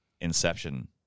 Inception